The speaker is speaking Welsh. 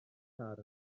car